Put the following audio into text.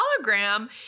hologram